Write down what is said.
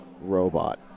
robot